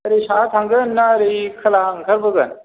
ओरै साहा थांगोन ना ओरै खोलाहा ओंखारबोगोन